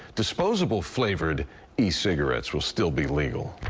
disposable flavored the cigarettes will still be legal.